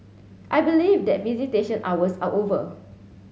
I believe that visitation hours are over